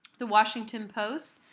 the washington post,